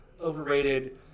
overrated